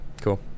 cool